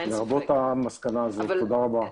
תודה רבה.